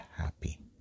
happy